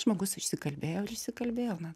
žmogus išsikalbėjo ir išsikalbėjo na